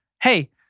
Hey